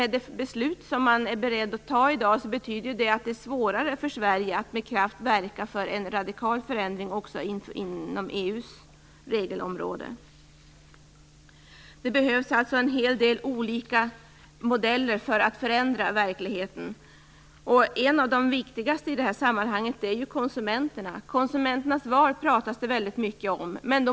Det beslut som man är beredd att fatta i dag betyder att det blir svårare för Sverige att med kraft verka för en radikal förändring också inom EU:s regelområde. Det behövs alltså en hel del olika modeller för att förändra verkligheten. En av de viktigaste faktorerna i det här sammanhanget är ju konsumenterna. Det pratas väldigt mycket om konsumenternas val.